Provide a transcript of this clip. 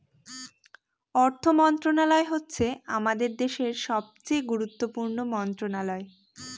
অর্থ মন্ত্রণালয় হচ্ছে আমাদের দেশের সবচেয়ে গুরুত্বপূর্ণ মন্ত্রণালয়